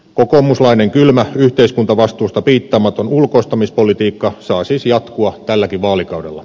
kokoomuslainen kylmä yhteiskuntavastuusta piittaamaton ulkoistamispolitiikka saa siis jatkua tälläkin vaalikaudella